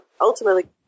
ultimately